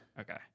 Okay